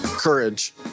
Courage